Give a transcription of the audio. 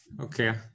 Okay